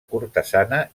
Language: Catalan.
cortesana